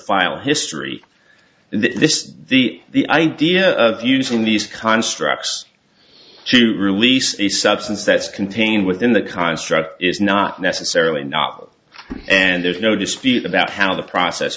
file history this is the the idea of using these constructs to release a substance that's contained within the construct is not necessarily novel and there's no dispute about how the process